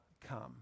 come